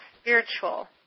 spiritual